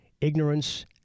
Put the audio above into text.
ignorance